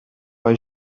bei